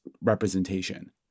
representation